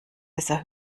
besser